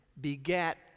beget